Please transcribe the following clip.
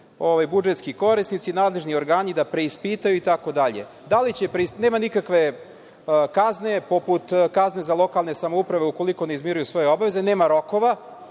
budžetski korisnici, nadležni organi da preispitaju itd. Da li će preispitati, nema nikakve kazne, poput kazne za lokalne samouprave, ukoliko ne izmiruju svoje obaveze, nema rokova.